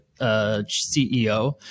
CEO